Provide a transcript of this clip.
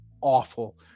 awful